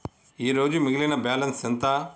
ఈరోజు మిగిలిన బ్యాలెన్స్ ఎంత?